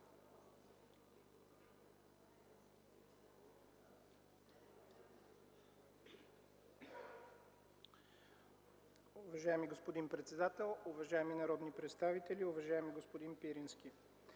Уважаеми господин председател, уважаеми народни представители! Уважаеми господин Пирински,